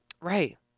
right